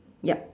yup